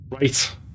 Right